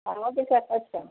ah okay sir thanks sir